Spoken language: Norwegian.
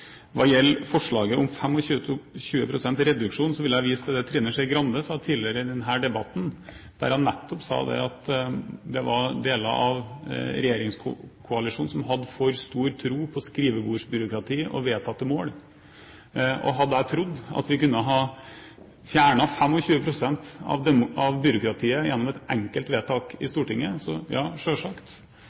Hva gjelder forslaget om 25 pst. reduksjon, vil jeg vise til det Trine Skei Grande sa tidligere i denne debatten, der hun nettopp ga uttrykk for at det var deler av regjeringskoalisjonen som hadde for stor tro på skrivebordsbyråkrati og vedtatte mål. Hadde jeg trodd at vi kunne ha fjernet 25 pst. av byråkratiet gjennom et enkelt vedtak i Stortinget – så ja,